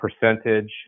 percentage